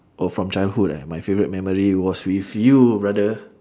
oh from childhood ah my favourite memory was with you brother